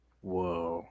Whoa